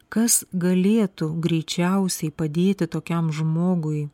kas galėtų greičiausiai padėti tokiam žmogui